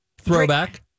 Throwback